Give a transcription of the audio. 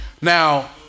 Now